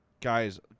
Guys